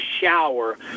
shower